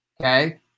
Okay